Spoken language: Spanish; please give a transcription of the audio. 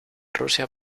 rusia